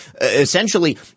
essentially